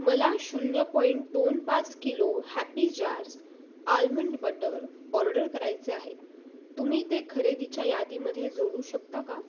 मला शून्य पॉइंट दोन पाच kilo Happy Jars almond butter order करायचे आहे तुम्ही ते खरेदीच्या यादीमध्ये जोडू शकता का